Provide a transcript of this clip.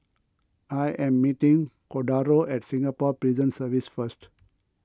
I am meeting Cordaro at Singapore Prison Service first